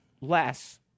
less